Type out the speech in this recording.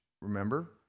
remember